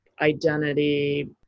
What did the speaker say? identity